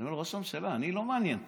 אני אומר לו: ראש הממשלה, אני לא מעניין פה.